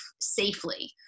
safely